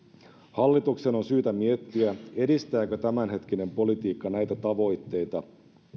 hallituksen on syytä miettiä edistääkö tämänhetkinen politiikka näitä tavoitteita